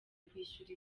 kwishyura